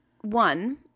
one